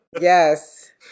Yes